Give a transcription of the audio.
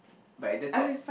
but at the top